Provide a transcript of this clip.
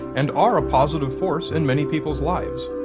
and are a positive force in many peoples' lives.